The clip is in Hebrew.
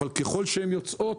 אבל ככל שהן יוצאות,